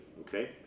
okay